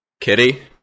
Kitty